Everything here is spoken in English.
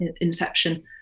inception